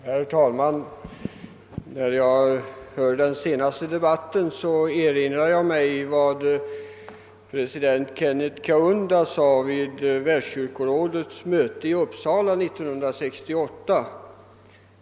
Herr talman! När jag hörde den senaste debatten erinrade jag mig vad president Kenneth Kaunda sade vid Världskyrkorådets möte i Uppsala år 1968.